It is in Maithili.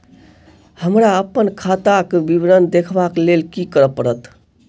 हमरा अप्पन खाताक विवरण देखबा लेल की करऽ पड़त?